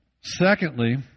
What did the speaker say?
Secondly